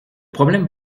problème